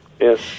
Yes